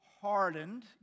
hardened